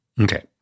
Okay